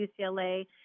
UCLA